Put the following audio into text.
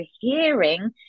hearing